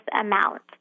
amount